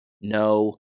no